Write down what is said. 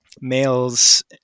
males